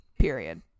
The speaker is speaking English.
period